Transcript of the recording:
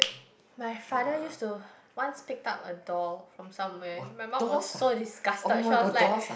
my father used to once picked up a doll from somewhere my mum was so disgusted she was like